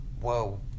Whoa